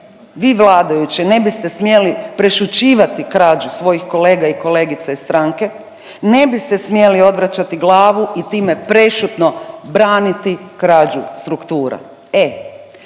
vi vladajući ne biste smjeli prešućivati krađu svojih kolega i kolegica iz stranke, ne biste smjeli odvraćati glavu i time prešutno braniti krađu struktura.